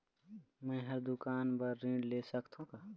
मैं हर दुकान बर ऋण ले सकथों का?